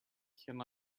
can